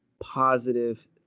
positive